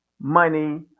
money